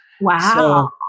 wow